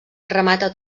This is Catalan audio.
remata